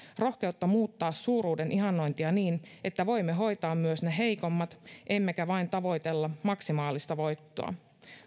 rohkeutta muuttaa suuruuden ihannointia niin että voimme hoitaa myös ne heikommat emmekä vain tavoittele maksimaalista voittoa